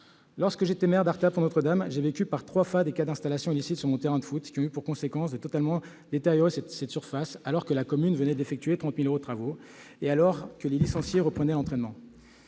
Lorsque j'étais maire d'Arthaz-Pont-Notre-Dame, j'ai vécu, par trois fois, des installations illicites sur mon terrain de football : elles ont eu pour conséquence une détérioration totale de cette surface, alors que la commune venait d'effectuer 30 000 euros de travaux et que les licenciés reprenaient l'entraînement.